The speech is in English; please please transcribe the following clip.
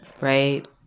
right